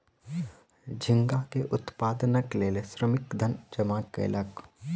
झींगा के उत्पादनक लेल श्रमिक धन जमा कयलक